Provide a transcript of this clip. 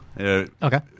Okay